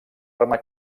arma